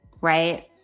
right